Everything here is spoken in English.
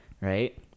right